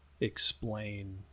explain